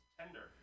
tender